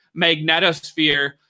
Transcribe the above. magnetosphere